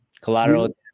Collateral